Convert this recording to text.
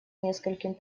нескольким